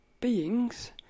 beings